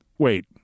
Wait